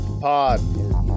Pod